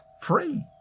free